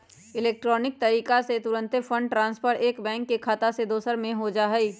electronic तरीका से तूरंते फंड ट्रांसफर एक बैंक के खता से दोसर में हो जाइ छइ